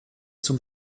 zum